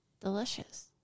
Delicious